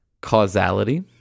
Causality